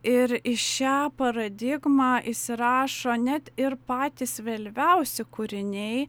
ir į šią paradigmą įsirašo net ir patys vėlyviausi kūriniai